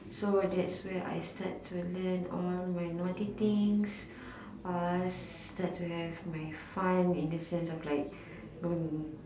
so that's where I start to learn all my naughty things uh start to have my fun in the sense of like